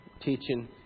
teaching